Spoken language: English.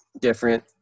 different